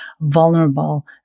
vulnerable